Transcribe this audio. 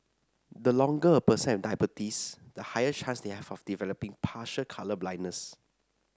the longer a person has diabetes the higher chance they have of developing partial colour blindness